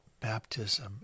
baptism